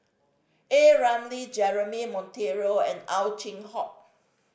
A Ramli Jeremy Monteiro and Ow Chin Hock